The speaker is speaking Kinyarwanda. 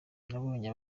nabonye